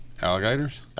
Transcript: alligators